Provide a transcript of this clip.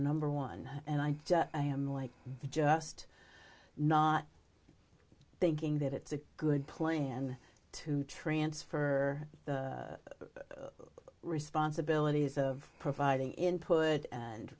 number one and i am like just not thinking that it's a good plan to transfer the responsibilities of providing input and